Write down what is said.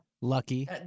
lucky